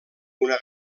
una